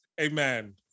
Amen